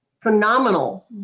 phenomenal